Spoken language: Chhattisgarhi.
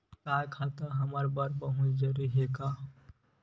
का खाता हमर बर बहुत जरूरी हे का?